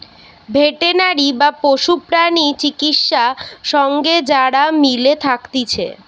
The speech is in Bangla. ভেটেনারি বা পশু প্রাণী চিকিৎসা সঙ্গে যারা মিলে থাকতিছে